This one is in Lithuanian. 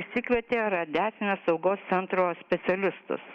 išsikvietė radiacinės saugos centro specialistus